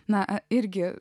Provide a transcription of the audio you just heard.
na irgi